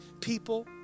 people